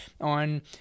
on